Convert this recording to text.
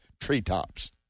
treetops